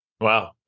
Wow